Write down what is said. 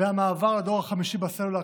ואת המעבר לדור החמישי בסלולר,